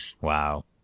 Wow